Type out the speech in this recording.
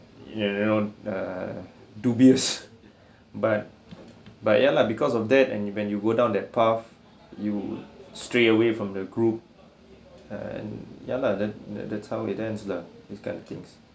and you you know err dubious but but ya lah because of that and when you go down that path you stray away from the group and ya lah the the that's how it ends lah this kind of things